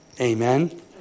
Amen